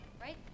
Right